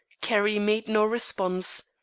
carrie made no response,